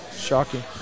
Shocking